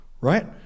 Right